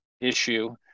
issue